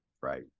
Right